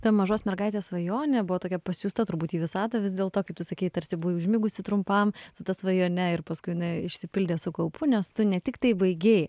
ta mažos mergaitės svajonė buvo tokia pasiųsta turbūt į visatą vis dėlto kaip tu sakei tarsi buvai užmigusi trumpam su ta svajone ir paskui jinai išsipildė su kaupu nes tu ne tiktai baigei